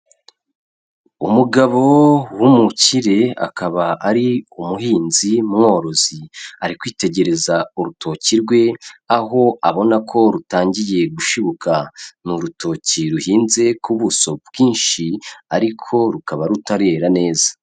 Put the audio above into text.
Umugabo w'umukire akaba ari umuhinzi mworozi ari kwitegereza urutoki rwe aho abona ko rutangiye gushibuka, ni urutoki ruhinze ku buso bwinshi ariko rukaba rutarera neza.